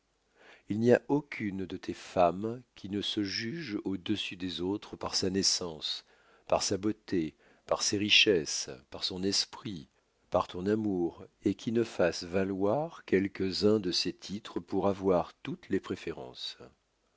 il n'y a aucune de tes femmes qui ne se juge au-dessus des autres par sa naissance par sa beauté par ses richesses par son esprit par ton amour et qui ne fasse valoir quelques-uns de ces titres pour avoir toutes les préférences